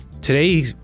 Today